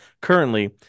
currently